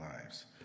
lives